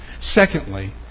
Secondly